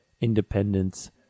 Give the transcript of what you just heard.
independence